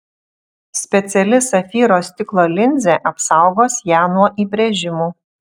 speciali safyro stiklo linzė apsaugos ją nuo įbrėžimų